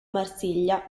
marsiglia